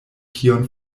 kion